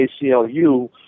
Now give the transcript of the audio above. ACLU